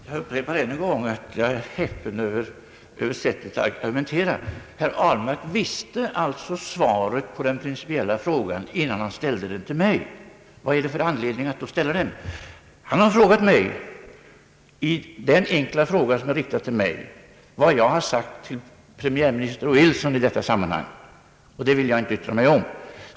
Herr talman! Jag upprepar än en gång att jag är häpen över detta sätt att argumentera. Herr Ahlmark visste alltså svaret på den principiella frågan innan han ställde den till mig. Vad är det då för anledning att ställa den? Han har till mig riktat en enkel fråga om vad jag sagt till premiärminister Wilson i här berörda avseende, och det vill jag inte yttra mig om.